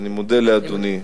אני מודה לאדוני.